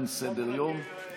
אין סדר-יום.